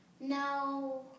no